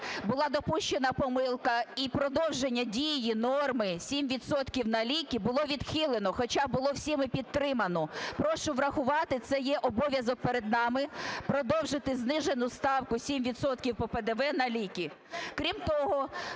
була допущена помилка і продовження дії норми 7 відсотків на ліки було відхилено, хоча було всіма підтримано. Прошу врахувати, це є обов'язок перед нами, продовжити знижену ставку 7 відсотків по ПДВ на ліки.